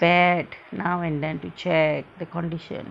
vet now and then to check the condition